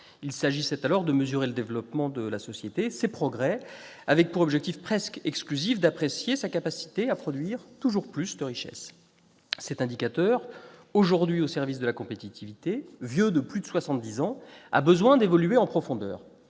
Il s'agissait alors de mesurer le développement de la société, ses progrès, avec l'objectif presque exclusif d'apprécier sa capacité à produire toujours plus de richesses. Cet indicateur, aujourd'hui au service de la compétitivité, vieux de plus de soixante-dix ans, a besoin d'évoluer en profondeur.